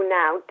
now